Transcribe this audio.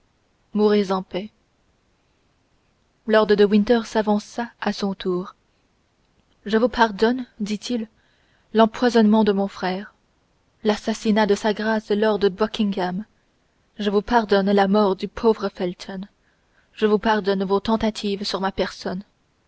mourez en paix lord de winter s'avança à son tour je vous pardonne dit-il l'empoisonnement de mon frère l'assassinat de sa grâce lord buckingham je vous pardonne la mort du pauvre felton je vous pardonne vos tentatives sur ma personne